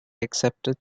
accepted